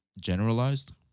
generalized